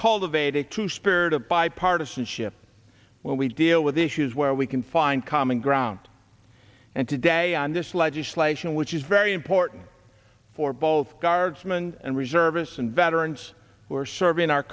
cultivate it to spirit of bipartisanship where we deal with issues where we can find common ground and today on this legislation which is very important for both guardsman and reservists and veterans who are serving our